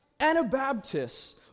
Anabaptists